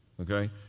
okay